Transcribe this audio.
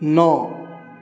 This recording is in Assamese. ন